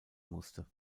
musste